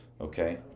Okay